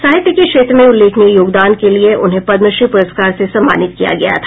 साहित्य के क्षेत्र में उल्लेखनीय योगदान के लिये उन्हें पदमश्री प्रस्कार से सम्मानित किया गया था